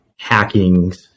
hackings